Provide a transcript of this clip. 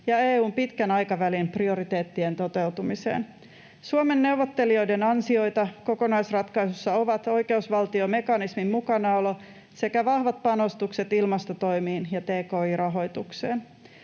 ja EU:n pitkän aikavälin prioriteettien toteutumiseen. Suomen neuvottelijoiden ansioita kokonaisratkaisussa ovat oikeusvaltiomekanismin mukanaolo sekä vahvat panostukset ilmastotoimiin ja tki-rahoitukseen.